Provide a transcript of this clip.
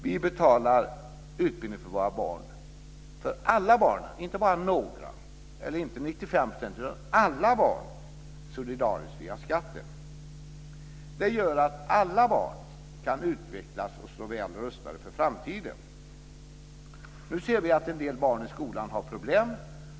Vi betalar utbildning för alla barn, inte bara för några eller för 95 %, solidariskt via skatten. Det gör att alla barn kan utvecklas och stå väl rustade för framtiden. Nu ser vi att en del barn i skolan har problem.